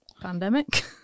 pandemic